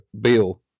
bill